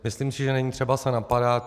Myslím si, že není třeba se napadat.